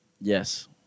Yes